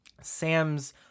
Sam's